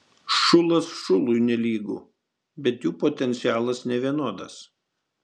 šulas šului nelygu bet jų potencialas nevienodas